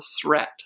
threat